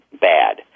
bad